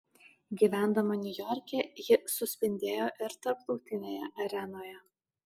gyvendama niujorke ji suspindėjo ir tarptautinėje arenoje